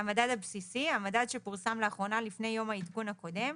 "המדד הבסיסי" - המדד שפורסם לאחרונה לפני יום העדכון הקודם,